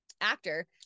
actor